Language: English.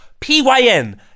PYN